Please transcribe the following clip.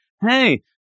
hey